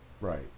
Right